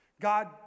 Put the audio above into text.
God